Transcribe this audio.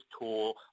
tool